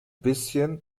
bisschen